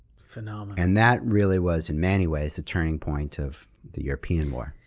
phenomenal. and that really was, in many ways, the turning point of the european war.